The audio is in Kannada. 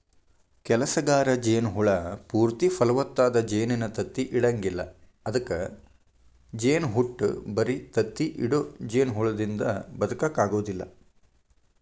ಕೆಲಸಗಾರ ಜೇನ ಹುಳ ಪೂರ್ತಿ ಫಲವತ್ತಾದ ಜೇನಿನ ತತ್ತಿ ಇಡಂಗಿಲ್ಲ ಅದ್ಕ ಜೇನಹುಟ್ಟ ಬರಿ ತತ್ತಿ ಇಡೋ ಜೇನಹುಳದಿಂದ ಬದಕಾಕ ಆಗೋದಿಲ್ಲ